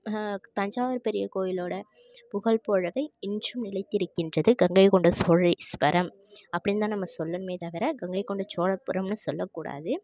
தஞ்சாவூர் பெரிய கோவிலோடய புகழ் போலவே இன்றும் நிலைத்திருக்கின்றது கங்கை கொண்ட சோழிஷ்வரம் அப்படின் தான் நம்ம சொல்லணுமே தவிர கங்கை கொண்ட சோழபுரம்னு சொல்லக் கூடாது